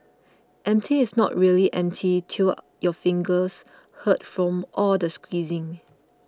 empty is not really empty till your fingers hurt from all the squeezing